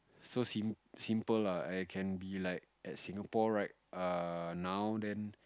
so sim~ simple lah I can be like at Singapore right err now then